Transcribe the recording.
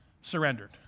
surrendered